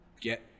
get